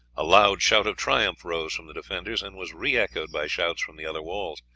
a loud shout of triumph rose from the defenders, and was re-echoed by shouts from the other walls.